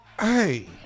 hey